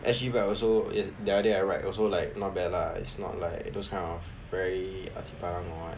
S_G bike also is the other day I ride also like not bad lah it's not like those kind of very ah ji pa lang or what